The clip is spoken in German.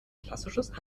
klassisches